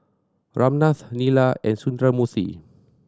Ramnath Neila and Sundramoorthy